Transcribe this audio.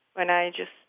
when i just